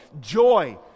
joy